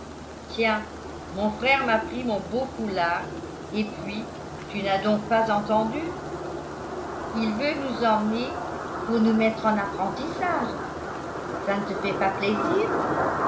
mon frère m'a pris mon beau foulard et puis tu n'as donc pas entendu il veut nous emmener pour nous mettre en apprentissage ça ne te fait pas plaisir